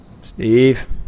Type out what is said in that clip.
Steve